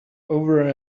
over